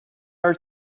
are